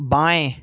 बाएं